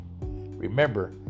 Remember